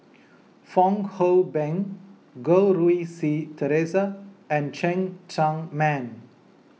Fong Hoe Beng Goh Rui Si theresa and Cheng Tsang Man